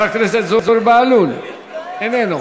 חבר הכנסת זוהיר בהלול, איננו,